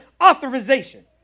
authorization